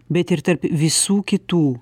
bet ir tarp visų kitų